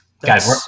Guys